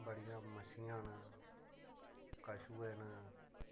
बड़ियां मच्छियां न कछुए न